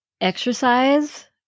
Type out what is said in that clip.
Exercise